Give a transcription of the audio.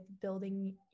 building